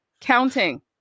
counting